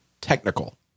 technical